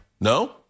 no